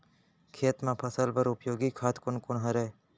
खेत म फसल बर उपयोगी खाद कोन कोन हरय?